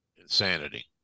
insanity